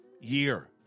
year